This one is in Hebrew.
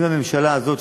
אם הממשלה הזאת,